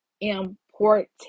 important